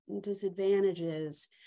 disadvantages